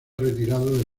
retirado